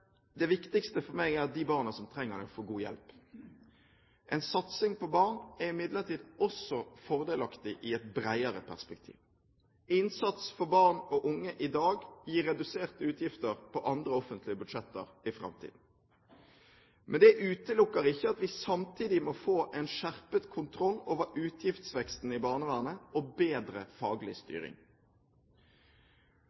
Det viktigste for meg er at de barna som trenger det, får god hjelp. En satsing på barn er imidlertid også fordelaktig i et bredere perspektiv. Innsats for barn og unge i dag gir reduserte utgifter på andre offentlige budsjetter i framtiden. Men det utelukker ikke at vi samtidig må få en skjerpet kontroll over utgiftsveksten i barnevernet og bedre faglig